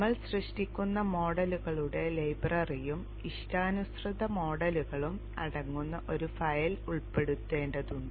നമ്മൾ സൃഷ്ടിക്കുന്ന മോഡലുകളുടെ ലൈബ്രറിയും ഇഷ്ടാനുസൃത മോഡലുകളും അടങ്ങുന്ന ഒരു ഫയൽ ഉൾപ്പെടുത്തേണ്ടതുണ്ട്